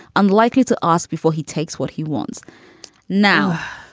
unlikely to ask before he takes what he wants now